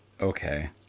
Okay